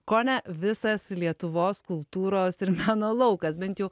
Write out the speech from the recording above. kone visas lietuvos kultūros ir meno laukas bent jau